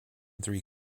three